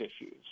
issues